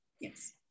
Yes